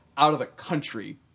out-of-the-country